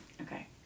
Okay